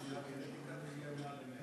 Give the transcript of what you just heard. עם הגנטיקה, תגיע גם עד 100 שנה.